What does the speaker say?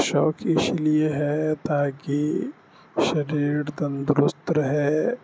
شوق اس لیے ہے تاکہ شریر تندرست رہے